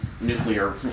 nuclear